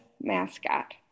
mascot